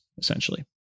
essentially